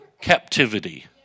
captivity